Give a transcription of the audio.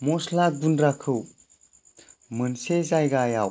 मस्ला गुन्द्राखौ मोनसे जायगायाव